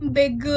big